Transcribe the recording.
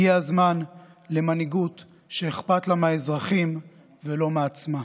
הגיע הזמן למנהיגות שאכפת לה מהאזרחים ולא מעצמה.